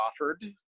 offered